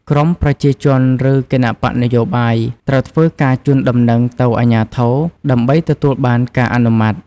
ក្រុមប្រជាជនឬគណបក្សនយោបាយត្រូវធ្វើការជូនដំណឹងទៅអាជ្ញាធរ ដើម្បីទទួលបានការអនុម័ត។